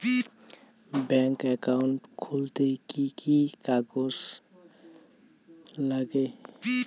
Bank account খুলতে কি কি কাগজ লাগে?